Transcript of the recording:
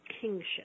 kingship